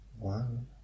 One